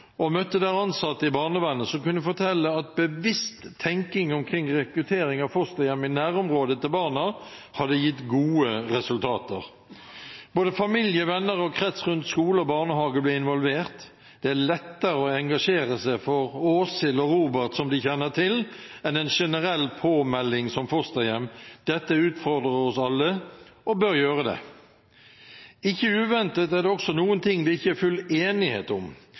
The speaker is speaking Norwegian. og møtte der ansatte i barnevernet som kunne fortelle at bevisst tenking omkring rekruttering av fosterhjem i nærområdet til barna hadde gitt gode resultater. Både familie, venner og krets rundt skole og barnehage ble involvert – det er lettere å engasjere seg for Åshild og Robert, som de kjenner til, enn en generell påmelding som fosterhjem. Dette utfordrer oss alle – og bør gjøre det. Ikke uventet er det også noen ting det ikke er full enighet om.